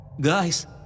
Guys